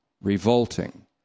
revolting